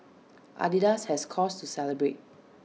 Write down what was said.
Adidas has cause to celebrate